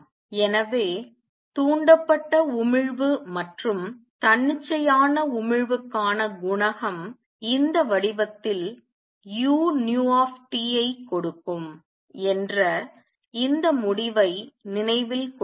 எனவே தூண்டப்பட்ட உமிழ்வு மற்றும் தன்னிச்சையான உமிழ்வுக்கான குணகம் இந்த வடிவத்தில் uTஐக் கொடுக்கும் என்ற இந்த முடிவை நினைவில் கொள்ளுங்கள்